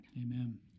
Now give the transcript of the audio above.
Amen